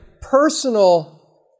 personal